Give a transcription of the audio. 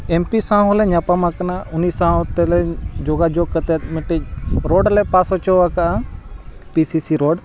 ᱮᱢ P ᱥᱟᱶ ᱦᱚᱸᱞᱮ ᱧᱟᱯᱟᱢ ᱟᱠᱟᱱᱟ ᱩᱱᱤ ᱥᱟᱶᱛᱮᱞᱮ ᱡᱳᱜᱟᱡᱳᱜᱽ ᱠᱟᱛᱮᱫ ᱢᱤᱫᱴᱤᱡ ᱨᱳᱰ ᱞᱮ ᱯᱟᱥ ᱦᱚᱪᱚᱣ ᱟᱠᱟᱜᱼᱟ ᱯᱤ ᱥᱤ ᱥᱤ ᱨᱳᱰ